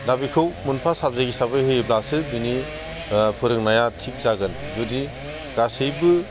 दा बेखौ मोनफा साबजेक्ट हिसाबै होयोब्लासो जोंनि फोरोंनाया थिक जागोन जुदि गासैबो